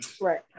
right